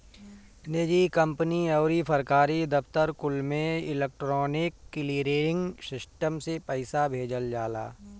निजी कंपनी अउरी सरकारी दफ्तर कुल में इलेक्ट्रोनिक क्लीयरिंग सिस्टम से पईसा भेजल जाला